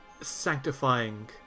sanctifying